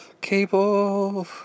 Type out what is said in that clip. Cable